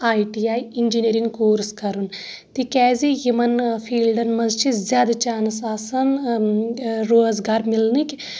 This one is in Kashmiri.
I T I engineering course کرُن تِکیٛازِ یِمن فیٖلڈن منٛز چھ زیٛادٕ چانس آسان روزگار مِلنٕکۍ